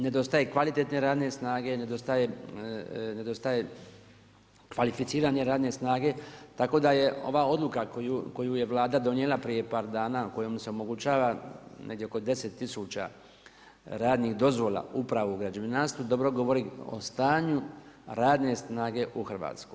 Nedostaje kvalitetne radne snage, nedostaje kvalificirane radne snage, tako da je ova odluka koju je Vlada donijela prije par dana kojom se omogućava negdje oko 10 tisuća radnih dozvola upravo o građevinarstvu dobro govori o stanju radne snage u Hrvatskoj.